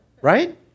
right